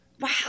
Wow